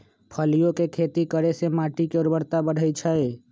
फलियों के खेती करे से माटी के ऊर्वरता बढ़ई छई